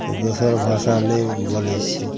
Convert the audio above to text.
तऽ दोसर भाषा नहि बोलै छिए